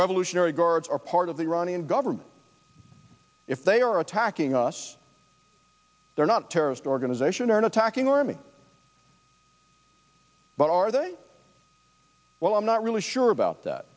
revolutionary guards are part of the iranian government if they are attacking us they are not terrorist organization or an attacking army but are they well i'm not really sure about that